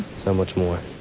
so much more.